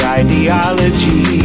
ideology